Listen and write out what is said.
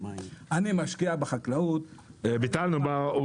אני משקיע בחקלאות' --- סגן שר